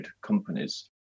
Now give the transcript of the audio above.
companies